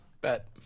Bet